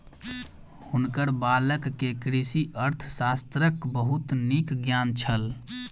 हुनकर बालक के कृषि अर्थशास्त्रक बहुत नीक ज्ञान छल